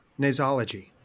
nasology